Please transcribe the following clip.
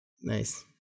Nice